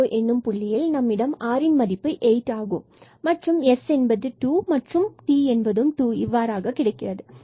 00 எனும் புள்ளியில் நம்மிடம் r இதன் மதிப்பு 8 ஆகும் மற்றும் s2 and t2 கிடைக்கிறது